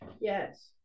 Yes